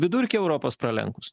vidurkį europos pralenkus